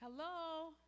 Hello